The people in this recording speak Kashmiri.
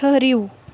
ٹھٕرِو